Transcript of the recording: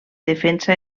defensa